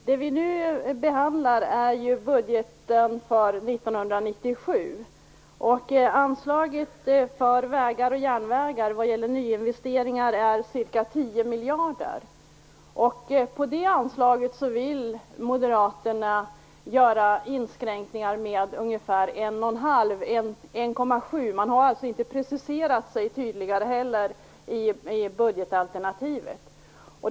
Herr talman! Nu behandlar vi budgeten för 1997. Anslaget för vägar och järnvägar vad gäller nyinvesteringar är ca 10 miljarder. På det anslaget vill Moderaterna göra inskränkningar med ungefär 1,5-1,7 miljarder. Man har inte preciserat sig tydligare i budgetalternativet.